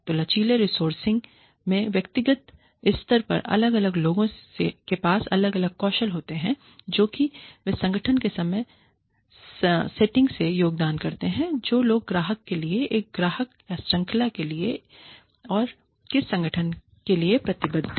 तो लचीली रिसोर्सिंग मे व्यक्तिगत स्तर पर अलग अलग लोगों के पास अलग अलग कौशल होते हैं जो कि वे संगठन की समग्र सेटिंग में योगदान करते हैं और जो ग्राहक के लिए एक ग्राहक या श्रृंखला के लिए और किस संगठन लिए प्रतिबद्ध है